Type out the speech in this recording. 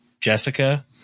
Jessica